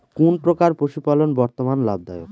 কোন প্রকার পশুপালন বর্তমান লাভ দায়ক?